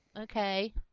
Okay